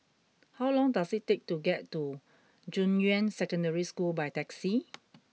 how long does it take to get to Junyuan Secondary School by taxi